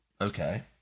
Okay